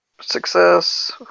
success